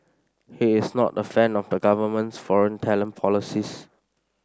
he is not a fan of the government's foreign talent policies